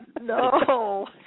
no